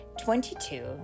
Twenty-two